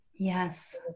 Yes